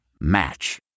Match